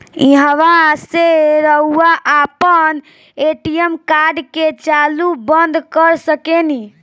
ईहवा से रऊआ आपन ए.टी.एम कार्ड के चालू बंद कर सकेनी